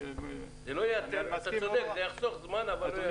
אתה צודק, זה יחסוך זמן אבל לא ייתר.